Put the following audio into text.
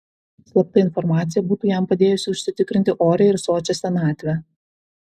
slapta informacija būtų jam padėjusi užsitikrinti orią ir sočią senatvę